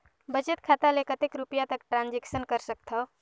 बचत खाता ले कतेक रुपिया तक ट्रांजेक्शन कर सकथव?